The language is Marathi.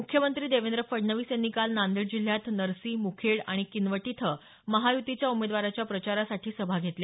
मुख्यमंत्री देवेंद्र फडणवीस यांनी काल नांदेड जिल्ह्यात नरसी मुखेड आणि किनवट इथं महाय्तीच्या उमेदवाराच्या प्रचारासाठी सभा घेतल्या